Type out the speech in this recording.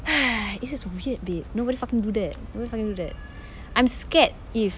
this is weird babe nobody fucking do that nobody fucking do that I'm scared if